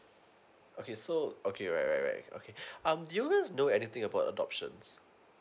okay so okay right right right okay um do you guys know anything about adoptions